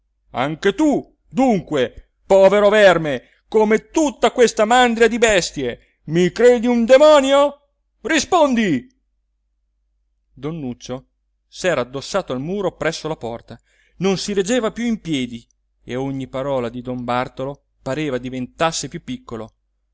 anche tu dunque povero verme come tutta questa mandra di bestie mi credi un demonio rispondi don nuccio s'era addossato al muro presso la porta non si reggeva più in piedi e a ogni parola di don bartolo pareva diventasse più piccolo